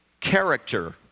character